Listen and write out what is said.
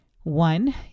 One